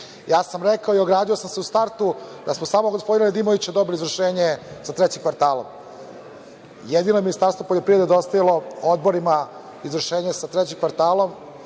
Ja sam rekao i ogradio sam se u startu da smo samo gospodine Edimoviću dobili izvršenje sa trećim kvartalom. Jedino Ministarstvo poljoprivrede je dostavilo odborima izvršenje sa trećim kvartalom